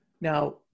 Now